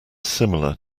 similar